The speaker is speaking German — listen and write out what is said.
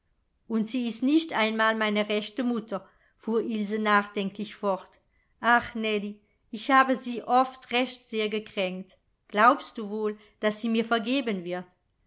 und sie ist nicht einmal meine rechte mutter fuhr ilse nachdenklich fort ach nellie ich habe sie oft recht sehr gekränkt glaubst du wohl daß sie mir vergeben wird